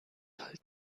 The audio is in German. halt